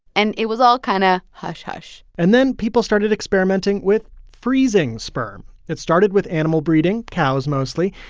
and it was all kind of hush-hush and then people started experimenting with freezing sperm. it started with animal breeding cows, mostly.